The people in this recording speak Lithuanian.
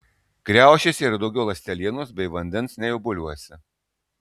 kriaušėse yra daugiau ląstelienos bei vandens nei obuoliuose